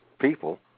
people